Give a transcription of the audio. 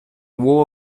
war